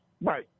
Right